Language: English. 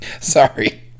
Sorry